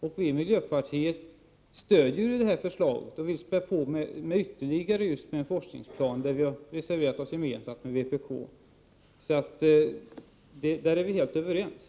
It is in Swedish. Vi i miljöpartiet stöder förslaget och spär på med krav på ytterligare forskningsmedel. Vi har reserverat oss tillsammans med vpk. Därvidlag är vi helt överens.